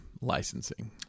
Licensing